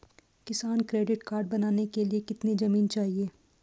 किसान credit card बनाने के लिए कितनी जमीन चाहिए?